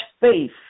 faith